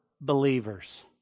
believers